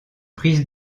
prise